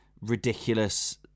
ridiculous